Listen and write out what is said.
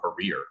career